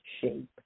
shape